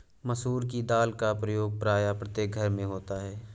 मसूर की दाल का प्रयोग प्रायः प्रत्येक घर में होता है